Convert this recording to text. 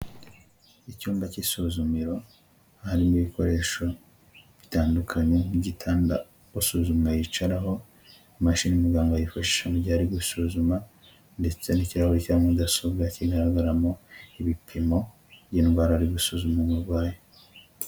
Icyumba cy'isuzumiro, harimo ibikoresho bitandukanye n'igitanda usuzuma yicaraho, imashini muganga yifashisha mu gihe ari gusuzuma ndetse n'ikirahure cya mudasobwa kigaragaramo ibipimo by'indwara ari gusuzuma umurwayi.